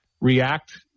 react